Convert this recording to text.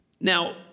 Now